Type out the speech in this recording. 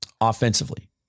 Offensively